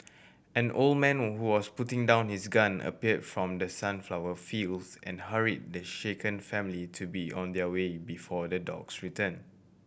an old man who was putting down his gun appear from the sunflower fields and hurry the shaken family to be on their way before the dogs return